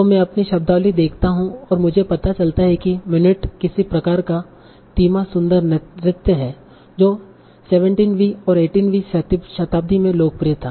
तो मैं अपनी शब्दावली देखता हूं और मुझे पता चलता है कि minuet किसी प्रकार का धीमा सुंदर नृत्य है जो 17 वीं और 18 वीं शताब्दी में लोकप्रिय था